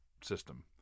system